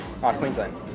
Queensland